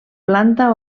planta